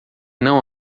não